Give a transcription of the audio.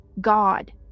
God